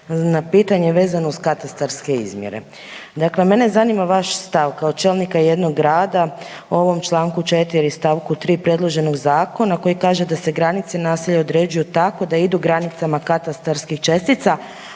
na pitanje vezano uz katastarske izmjere. Dakle, mene zanima vaš stav, kao čelnika jednog grada u ovom čl. 4 st. 3 predloženog Zakona koji kaže da se granice naselja određuju tako da idu granicama katastarskih čestica,